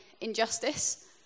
injustice